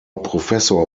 professor